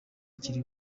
kiri